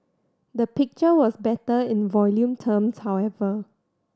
the picture was better in volume terms however